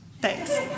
Thanks